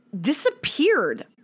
disappeared